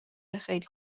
خیلی